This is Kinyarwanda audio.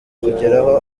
kugeraho